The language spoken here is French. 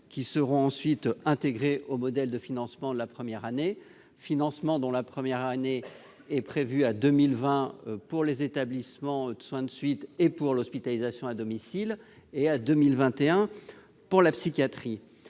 puis leur intégration au modèle de financement la première année, financement dont la première année est fixée à 2020 pour les établissements de soins de suite et pour l'hospitalisation à domicile et à 2021 pour la psychiatrie.